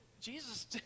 Jesus